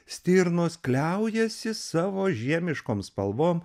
stirnos kliaujasi savo žiemiškom spalvom